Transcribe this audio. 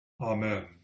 Amen